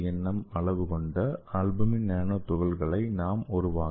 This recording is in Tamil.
எம் அளவைக் கொண்ட ஆல்புமின் நானோ துகள்களை நாம் உருவாக்கலாம்